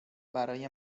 برای